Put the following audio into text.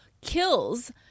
kills